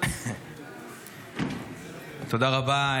תודה רבה.